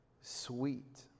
sweet